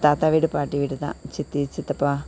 தாத்தா வீடு பாட்டி வீடு தான் சித்தி சித்தப்பா